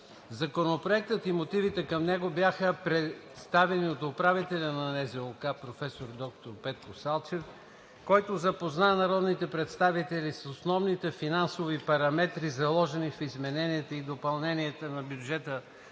Законопроектът и мотивите към него бяха представени от управителя на НЗОК професор доктор Петко Салчев, който запозна народните представители с основните финансови параметри, заложени в измененията и допълненията на бюджета